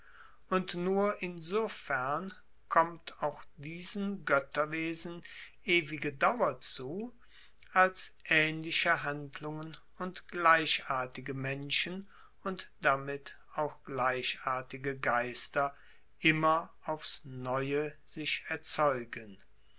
und nur insofern kommt auch diesen goetterwesen ewige dauer zu als aehnliche handlungen und gleichartige menschen und damit auch gleichartige geister immer aufs neue sich erzeugen